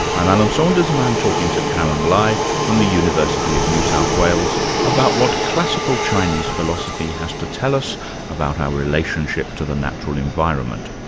i'm alan saunders and i'm talking to karyn lai from the university of new south wales about what classical chinese philosophy has to tell us about our relationship to the natural environment.